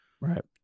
Right